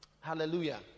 Hallelujah